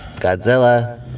Godzilla